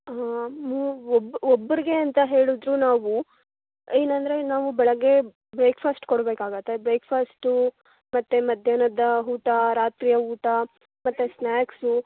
ಹಾಂ ಮು ಒಬ್ಬ ಒಬ್ಬರಿಗೆ ಅಂತ ಹೇಳಿದ್ರು ನಾವು ಏನೆಂದ್ರೆ ನಾವು ಬೆಳಿಗ್ಗೆ ಬ್ರೇಕ್ಫಾಸ್ಟ್ ಕೊಡಬೇಕಾಗುತ್ತೆ ಬ್ರೇಕ್ಫಾಸ್ಟೂ ಮತ್ತು ಮಧ್ಯಾಹ್ನದ ಊಟ ರಾತ್ರಿಯ ಊಟ ಮತ್ತೆ ಸ್ನ್ಯಾಕ್ಸು